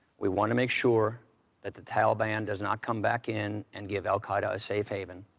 we want to make sure that the taliban does not come back in and give al qaida a safe haven.